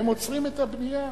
הם עוצרים את הבנייה.